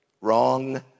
Wrong